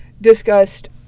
discussed